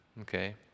Okay